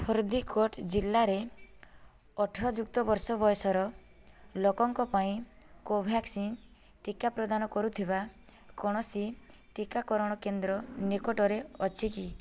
ଫରିଦିକୋଟ ଜିଲ୍ଲାରେ ଅଠର ଯୁକ୍ତ ବର୍ଷ ବୟସର ଲୋକଙ୍କ ପାଇଁ କୋଭ୍ୟାକ୍ସିନ୍ ଟିକା ପ୍ରଦାନ କରୁଥିବା କୌଣସି ଟିକାକରଣ କେନ୍ଦ୍ର ନିକଟରେ ଅଛି କି